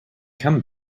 come